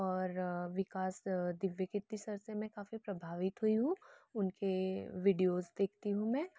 और विकास दिव्यकीर्ति सर से मैं काफ़ी प्रभावित हुई हूँ उनके वीडियोज़ देखती हूँ मैं